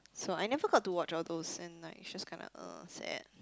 so I never got to watch all those and like it's just kinda uh sad